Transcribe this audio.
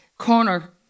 corner